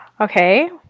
Okay